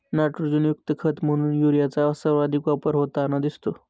नायट्रोजनयुक्त खत म्हणून युरियाचा सर्वाधिक वापर होताना दिसतो